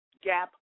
gap